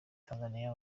tanzaniya